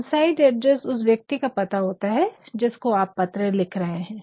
inside address उस व्यक्ति का पता होता है जिसको आप पत्र लिख रहे है